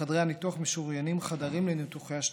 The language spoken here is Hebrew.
בחדרי הניתוח משוריינים חדרים לניתוחי השתלות.